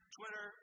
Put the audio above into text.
Twitter